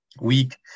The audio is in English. week